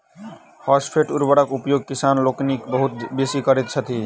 phosphate उर्वरकक उपयोग किसान लोकनि बहुत बेसी करैत छथि